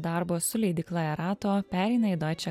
darbo su leidykla erato pereina į doiče